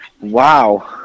Wow